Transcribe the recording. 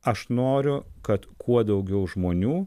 aš noriu kad kuo daugiau žmonių